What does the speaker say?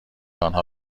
آنها